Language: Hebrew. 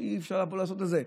שאי-אפשר לבוא לעשות את זה.